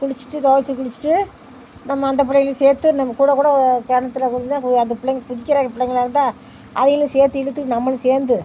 குளிச்சுட்டு தொவைச்சி குளிச்சுட்டு நம்ம அந்த பிள்ளைகளையும் சேர்த்து நம்ம கூட கூட கிணத்துல விழுந்து அந்த பிள்ளைங்க குதிக்கிற பிள்ளைங்களாக இருந்தால் அவங்களையும் சேர்த்து இழுத்து நம்மளும் சேர்ந்து